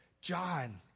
John